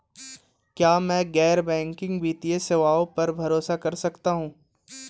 क्या मैं गैर बैंकिंग वित्तीय सेवाओं पर भरोसा कर सकता हूं?